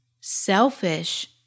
selfish